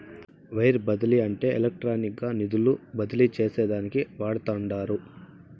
wire బదిలీ అంటే ఎలక్ట్రానిక్గా నిధులు బదిలీ చేసేదానికి వాడతండారు